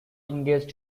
engaged